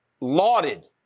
lauded